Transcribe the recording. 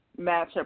matchup